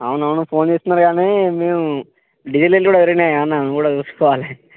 అవును అవును ఫోన్ చేస్తున్నారు గానీ మేము డీజిల్ రేట్లు కూడా పెరిగినాయిగా అన్న అవి కూడా చూసుకోవాలె